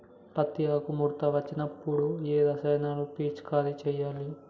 పత్తి ఆకు ముడత వచ్చినప్పుడు ఏ రసాయనాలు పిచికారీ చేయాలి?